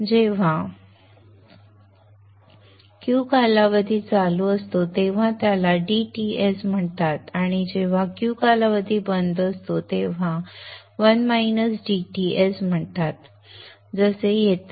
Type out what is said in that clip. जेव्हा Q कालावधी चालू असतो तेव्हा त्याला dTs म्हणतात आणि जेव्हा Q कालावधी बंद असतो तेव्हा 1 उणे dTs म्हणतात जसे येथे